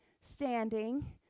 standing